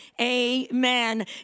amen